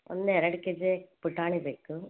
ಒಂದು ಎರಡು K G ಪುಟಾಣಿ ಬೇಕು